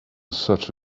such